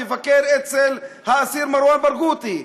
תבקר אצל האסיר מרואן ברגותי.